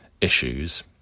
issues